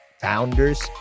Founders